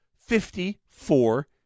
Fifty-four